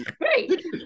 great